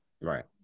Right